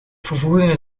vervoegingen